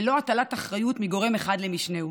ללא הטלת אחריות מגורם אחד למשנהו.